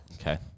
Okay